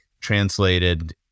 translated